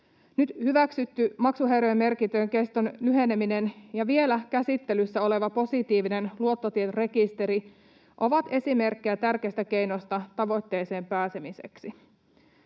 Nyt hyväksytty maksuhäiriömerkintöjen keston lyheneminen ja vielä käsittelyssä oleva positiivinen luottotietorekisteri ovat esimerkkejä tärkeistä keinoista tavoitteeseen pääsemiseksi.